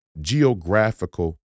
geographical